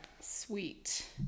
sweet